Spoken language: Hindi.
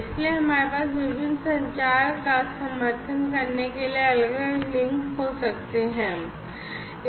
इसलिए हमारे पास विभिन्न संचार का समर्थन करने के लिए अलग अलग लिंक हो सकते हैं